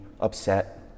upset